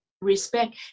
respect